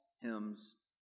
hymns